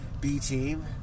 B-team